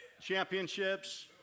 championships